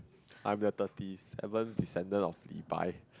I'm the thirties seven decendant of Li-Bai